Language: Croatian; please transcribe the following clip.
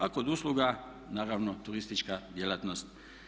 A kod usluga naravno turistička djelatnost.